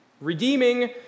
Redeeming